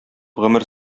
гомер